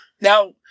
Now